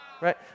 right